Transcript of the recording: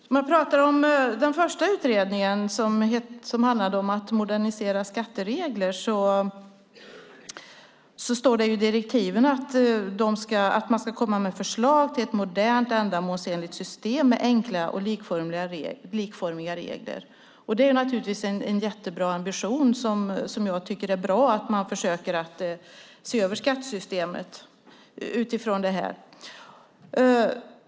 När det gäller den första utredningen, som handlade om att modernisera skatteregler, står det i direktiven att man ska komma med förslag till ett modernt, ändamålsenligt system med enkla och likformiga regler. Det är naturligtvis en jättebra ambition, och jag tycker att det är bra att man försöker se över skattesystemet utifrån detta.